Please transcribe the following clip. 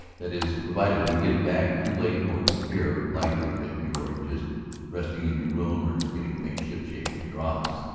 that is, provided we get back too late for it to appear likely that you are just resting in your room or getting things shipshape in your office.